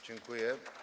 Dziękuję.